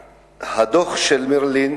הדוח של "מריל לינץ'",